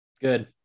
Good